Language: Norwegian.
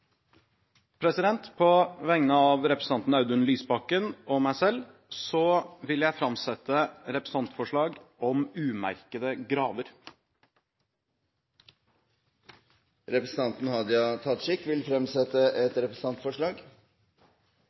representantforslag. På vegne av representanten Audun Lysbakken og meg selv vil jeg framsette et representantforslag om umerkede graver. Representanten Hadia Tajik vil fremsette et representantforslag.